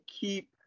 keep